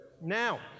Now